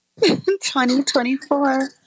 2024